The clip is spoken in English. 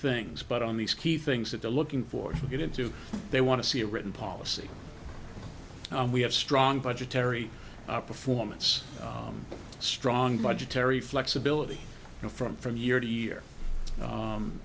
things but on these key things that they're looking for to get into they want to see a written policy we have strong budgetary performance strong budgetary flexibility from from year to year